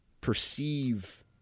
perceive